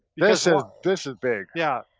this ah this ah big. yeah,